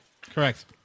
Correct